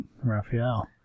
Raphael